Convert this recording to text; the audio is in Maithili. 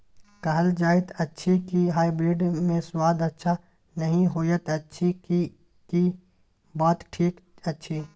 कहल जायत अछि की हाइब्रिड मे स्वाद अच्छा नही होयत अछि, की इ बात ठीक अछि?